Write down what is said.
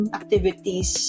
activities